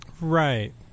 Right